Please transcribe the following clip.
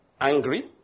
angry